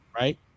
right